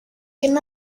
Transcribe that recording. can